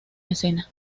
escena